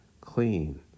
clean